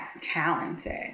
talented